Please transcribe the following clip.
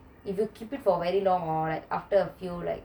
if you keep it for very long hor like after a few like